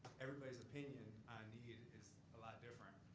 everybody's opinion on need is a lot different.